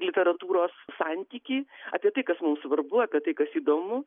literatūros santykį apie tai kas mums svarbu apie tai kas įdomu